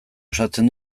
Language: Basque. osatzen